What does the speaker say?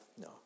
No